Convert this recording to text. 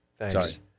Thanks